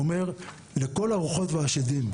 אומר לכל הרוחות והשדים,